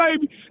baby